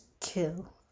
kill